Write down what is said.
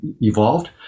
evolved